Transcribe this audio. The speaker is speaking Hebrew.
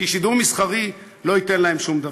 כי שידור מסחרי לא ייתן להם שום דבר.